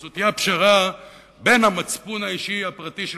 זאת תהיה הפשרה בין המצפון האישי הפרטי של